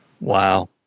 wow